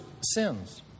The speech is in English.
sins